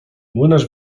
młynarz